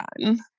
done